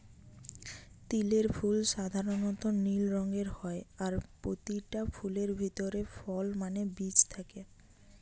তিলের ফুল সাধারণ নীল রঙের হয় আর পোতিটা ফুলের ভিতরে ফল মানে বীজ থাকে